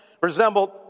resembled